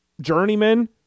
journeyman